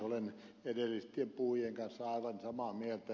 olen edellisten puhujien kanssa aivan samaa mieltä